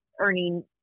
earning